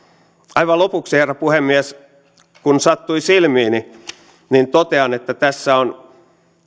aivan lopuksi herra puhemies kun sattui silmiini niin totean että tässä on